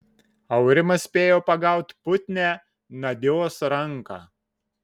aurimas spėjo pagaut putnią nadios ranką